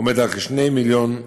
עומד על כ-2 מיליון שקל.